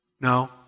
No